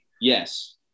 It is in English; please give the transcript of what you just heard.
Yes